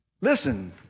Listen